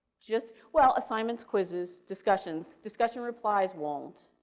just, well assignments, quizzes, discussions, discussion-replies won't,